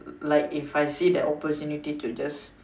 like if I see the opportunity to just